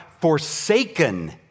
forsaken